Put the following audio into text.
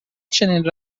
چنین